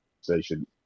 station